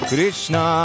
Krishna